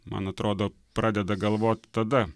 man atrodo pradeda galvot tada